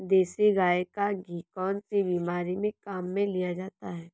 देसी गाय का घी कौनसी बीमारी में काम में लिया जाता है?